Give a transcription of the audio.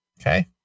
Okay